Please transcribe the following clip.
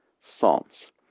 Psalms